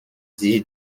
sich